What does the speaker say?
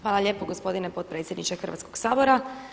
Hvala lijepo gospodine potpredsjedniče Hrvatskog sabora.